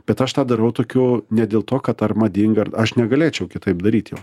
bet aš tą darau tokiu ne dėl to kad ar madinga ir aš negalėčiau kitaip daryt jo